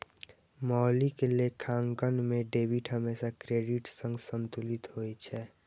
मौलिक लेखांकन मे डेबिट हमेशा क्रेडिट सं संतुलित होइ छै